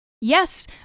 Yes